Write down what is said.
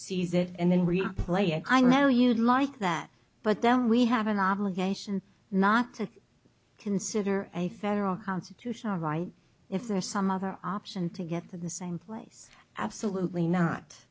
sees it and then replay it i know you'd like that but then we have an obligation not to consider a federal constitutional right if there some other option to get them the same place absolutely not